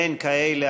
אין כאלה.